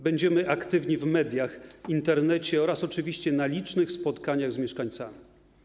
Będziemy aktywni w mediach, Internecie oraz oczywiście na licznych spotkaniach z mieszkańcami.